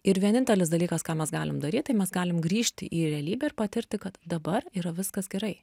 ir vienintelis dalykas ką mes galim daryt tai mes galim grįžti į realybę ir patirti kad dabar yra viskas gerai